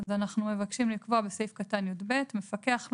אנחנו מבקשים לקבוע בסעיף (יב): (יב) מפקח לא